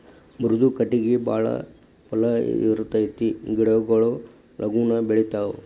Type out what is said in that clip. ಮೃದು ಕಟಗಿ ಬಾಳ ಪಳ್ಳ ಇರತತಿ ಗಿಡಗೊಳು ಲಗುನ ಬೆಳಿತಾವ